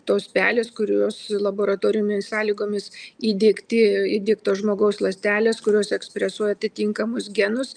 tos pelės kurios laboratorinėmis sąlygomis įdiegti įdiegtos žmogaus ląstelės kurios ekspresu atitinkamus genus